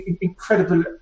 incredible